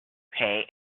pay